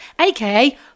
aka